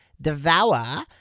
Devour